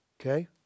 Okay